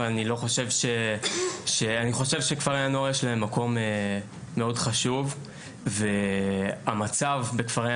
אני חושב שלכפרי הנוער יש מקום מאוד חשוב והמצב בכפרי